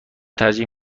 ترجیح